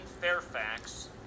Fairfax